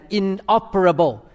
inoperable